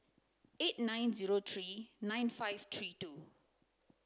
eight nine zero three nine five three two